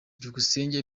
byukusenge